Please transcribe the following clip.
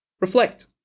Reflect